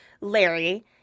Larry